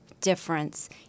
difference